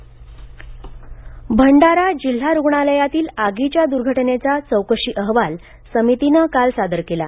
भंडारा भंडारा जिल्हा रुग्णालयातील आगीच्या दुर्घटनेचा चौकशी अहवाल समितीने काल सादर केला